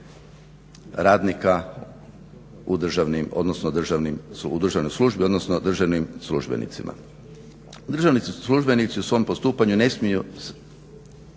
radnika u državnoj službi odnosno državnim službenicima. Državni službenici u svom postupanju ne smiju